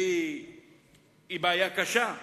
והיא בעיה קשה,